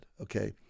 Okay